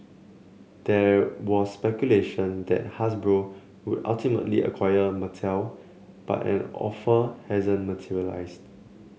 there was speculation that Hasbro would ultimately acquire Mattel but an offer hasn't materialised